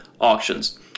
auctions